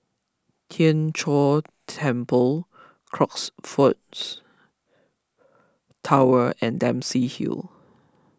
Tien Chor Temple Crockfords Tower and Dempsey Hill